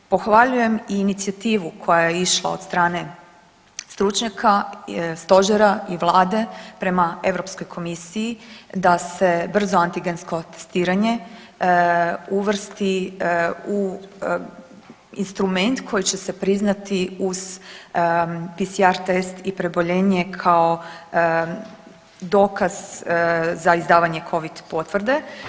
Pohvaljujem i inicijativu koja je išla od strane stručnjaka, stožera i vlade prema Europskoj komisiji da se brzo antigensko testiranje uvrsti u instrument koji će se priznati uz PCR test i preboljenje kao dokaz za izdavanje Covid potvrde.